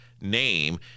name